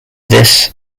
this